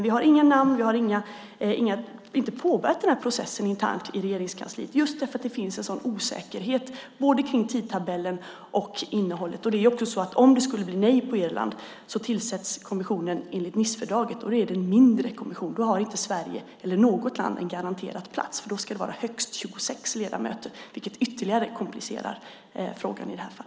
Vi har inga namn, och vi har inte påbörjat processen internt i Regeringskansliet - just därför att det finns en sådan osäkerhet om både tidtabellen och innehållet. Om det skulle bli nej på Irland tillsätts kommissionen enligt Nicefördraget, och det är den mindre kommissionen. Då har inte Sverige eller något land en garanterad plats eftersom det då ska vara högst 26 ledamöter, vilket ytterligare komplicerar frågan.